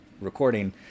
recording